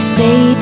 Stay